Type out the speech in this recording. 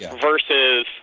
versus